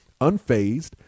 unfazed